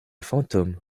fantôme